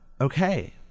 Okay